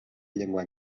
llengua